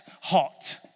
hot